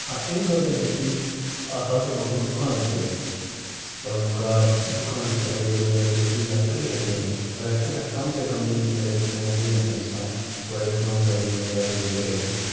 امہِ بَغٲر ہیٚکہِ یہِ اکھ لۄکُٹ مۄکُٹ دُکان ترٲوِتھ پَنُن کار ہیٚکہِ دُکانَس پیٚٹھ اگر یہِ دُہَس رۄپیَز زٔیہِ ہتھ تریٚیہِ ہتھ زینہِ اگر ترےٚ ہتھ کم سے کم ییٚلہِ نہٕ کِہیٖنۍ رۄپیَس ترےٚ ہتھ زینہِ اکھ اِنسان گوٚو رۄپیَس نَو ساس زینہِ یہِ ریٚتَس بیٚیہِ گَرِ بِہِتھ